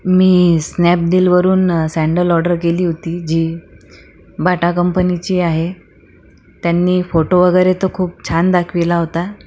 मी स्नॅपडिलवरून sandal order केली होती जी बाटा कंपनीची आहे त्यांनी फोटो वगैरे तर खूप छान दाखविला होता